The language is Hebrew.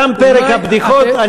תם פרק הבדיחות.